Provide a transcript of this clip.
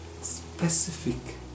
specific